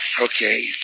Okay